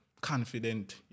confident